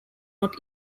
not